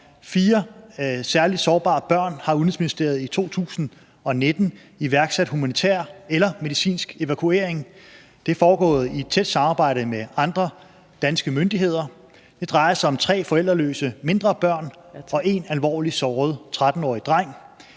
fire særlig sårbare børn har Udenrigsministeriet i 2019 iværksat humanitær eller medicinsk evakuering. Det er foregået i tæt samarbejde med andre danske myndigheder. Det drejer sig om tre forældreløse mindre børn og en alvorligt såret 13-årig dreng.